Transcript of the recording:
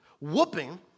whooping